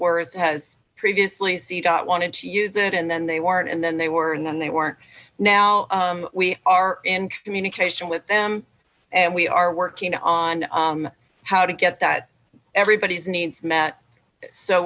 worth has previously said i wanted to use it and then they weren't and then they were and then they weren't now we are in communication with them and we are working on how to get that everybody's needs met so